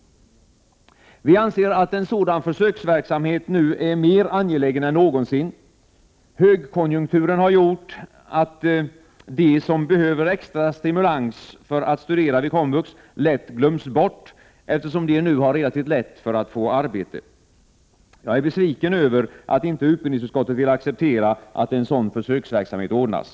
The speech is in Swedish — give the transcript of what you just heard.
Vi anser att en sådan försöksverksamhet nu är mer angelägen än någonsin. Högkonjunkturen har gjort att de som behöver extra stimulans för att studera vid komvux lätt glöms bort, eftersom de nu relativt lätt kan få arbete. Jag är besviken över att utbildningsutskottet inte vill acceptera att sådan försöksverksamhet ordnas.